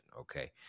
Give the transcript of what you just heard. Okay